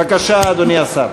בבקשה, אדוני השר.